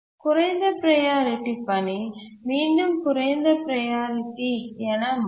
குறைந்த ப்ரையாரிட்டி பணி மீண்டும் குறைந்த ப்ரையாரிட்டி என மாறும்